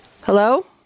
Hello